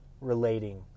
relating